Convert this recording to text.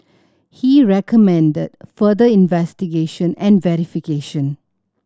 he recommended further investigation and verification